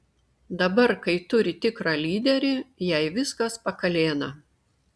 dabar kai turi tikrą lyderį jai viskas pakalėna